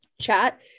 chat